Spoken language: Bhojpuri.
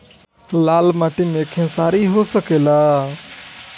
लाल माटी मे खेसारी हो सकेला?